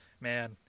Man